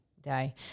day